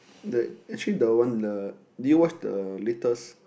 that actually the one the did you watch the latest